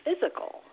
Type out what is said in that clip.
physical